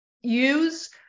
use